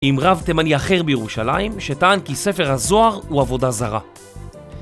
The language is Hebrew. עם רב תימני אחר בירושלים שטען כי ספר הזוהר הוא עבודה זרה